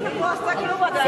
היא לא עשתה כלום עדיין.